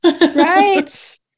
right